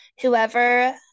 whoever